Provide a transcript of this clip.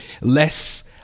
less